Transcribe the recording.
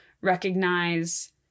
recognize